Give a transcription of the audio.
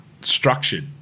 structured